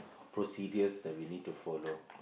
procedures that we need to follow